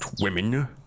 women